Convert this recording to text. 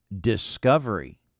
discovery